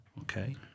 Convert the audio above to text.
Okay